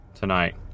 tonight